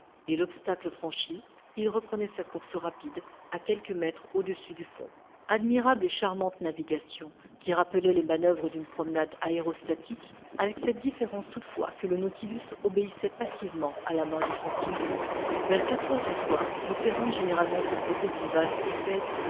et l'obstacle franchi il reprenait sa course rapide à quelques mètres au-dessus du fond admirable et charmante navigation qui rappelait les manoeuvres d'une promenade aérostatique avec cette différence toutefois que le nautilus obéissait passivement à la main de son timonier vers quatre heures du soir le terrain généralement composé d'une vase épaisse